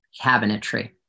cabinetry